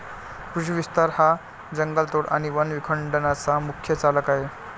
कृषी विस्तार हा जंगलतोड आणि वन विखंडनाचा मुख्य चालक आहे